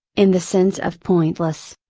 in the sense of pointless.